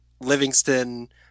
Livingston